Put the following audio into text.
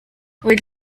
with